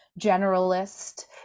Generalist